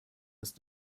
ist